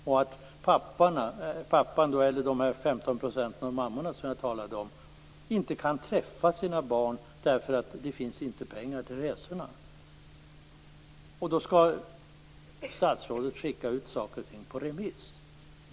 Den underhållsskyldige pappan eller mamman kan inte träffa sina barn, eftersom det inte finns pengar till resorna. Då skall statsrådet skicka ut saker och ting på remiss!